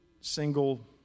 single